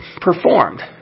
performed